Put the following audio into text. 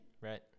Right